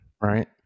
Right